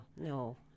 no